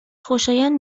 خوشایند